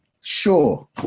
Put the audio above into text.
sure